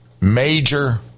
major